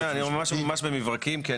ממש במברקים.